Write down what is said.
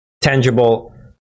tangible